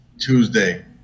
Tuesday